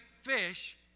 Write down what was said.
fish